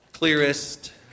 clearest